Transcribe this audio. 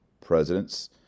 presidents